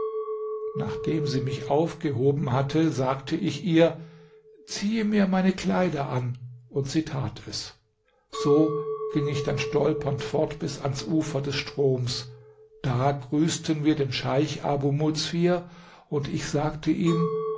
nachdem sie mich aufgehoben hatte sagte ich ihr ziehe mir meine kleider an und sie tat es so ging ich dann stolpernd fort bis ans ufer des stroms da grüßten wir den scheich abu muzfir und ich sagte ihm